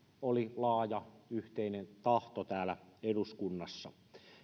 oli laaja yhteinen tahto täällä eduskunnassa